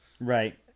Right